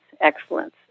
excellence